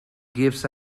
gives